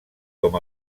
com